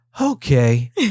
okay